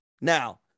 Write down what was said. Now